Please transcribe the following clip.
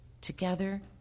together